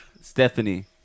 Stephanie